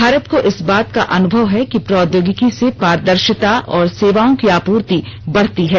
भारत को इस बात का अनुभव है कि प्रौद्योगिकी से पारदर्शिता और सेवाओं की आपूर्ति बढ़ती है